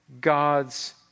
God's